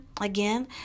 Again